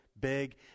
big